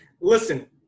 listen